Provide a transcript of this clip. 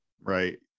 Right